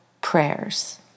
prayers